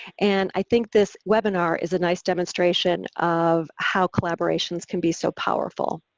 and i think this webinar is a nice demonstration of how collaborations can be so powerful.